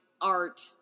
art